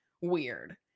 weird